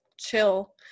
chill